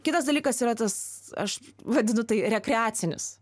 kitas dalykas yra tas aš vadinu tai rekreacinis